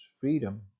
freedom